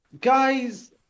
Guys